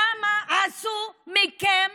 למה עשו מכם